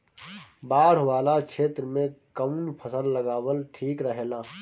बाढ़ वाला क्षेत्र में कउन फसल लगावल ठिक रहेला?